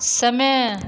समय